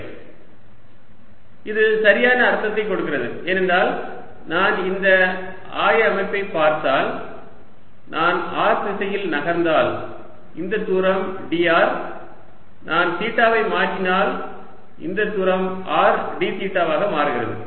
dl drr rdθ rsinθdϕ இது சரியான அர்த்தத்தைத் கொடுக்கிறது ஏனென்றால் நான் இந்த ஆய அமைப்பைப் பார்த்தால் நான் r திசையில் நகர்ந்தால் இந்த தூரம் dr நான் தீட்டாவை மாற்றினால் இந்த தூரம் r d தீட்டாவாக மாறுகிறது